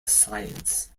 science